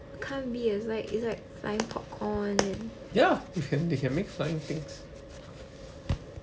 can't be it's like it's like flying popcorn then